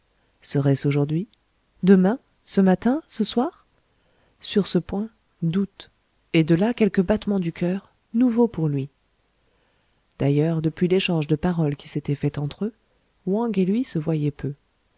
serait-ce aujourd'hui demain ce matin ce soir sur ce point doute et de là quelques battements du coeur nouveaux pour lui d'ailleurs depuis l'échange de paroles qui s'était fait entre eux wang et lui se voyaient peu